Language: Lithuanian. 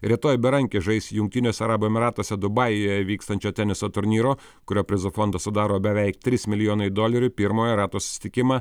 rytoj berankis žais jungtiniuose arabų emyratuose dubajuje vykstančio teniso turnyro kurio prizų fondą sudaro beveik trys milijonai dolerių pirmojo rato susitikimą